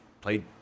played